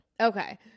Okay